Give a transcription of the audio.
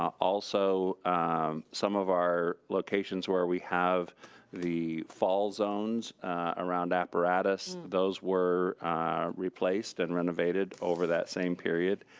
also some of our locations where we have the fall zones around apparatus, those were replaced and renovated over that same period.